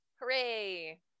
Hooray